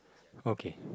okay